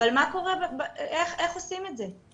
אבל איך עושים את זה?